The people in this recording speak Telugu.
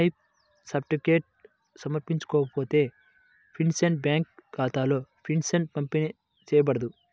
లైఫ్ సర్టిఫికేట్ సమర్పించకపోతే, పెన్షనర్ బ్యేంకు ఖాతాలో పెన్షన్ పంపిణీ చేయబడదు